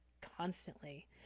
constantly